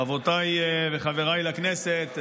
חברותיי וחבריי לכנסת,